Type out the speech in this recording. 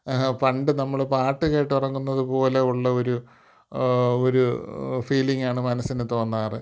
പണ്ട് നമ്മൾ പാട്ട് കേട്ട് ഉറങ്ങുന്നത് പോലെ ഉള്ള ഒരു ഒരു ഫീലിങ്ങ് ആണ് മനസ്സിന് തോന്നാറ്